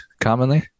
commonly